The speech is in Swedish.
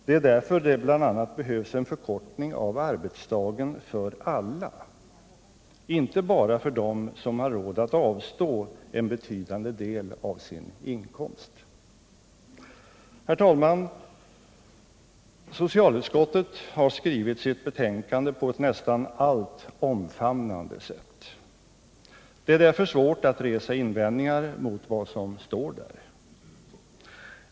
Det är därför det bl.a. behövs en förkortning av arbetsdagen för alla, inte bara för dem som har råd att avstå från en betydande del av sin inkomst. Socialutskottet har skrivit sitt betänkande på ett nästan allt omfamnande sätt. Det är därför svårt att resa invändningar mot vad som står där.